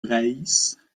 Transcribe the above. breizh